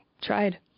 tried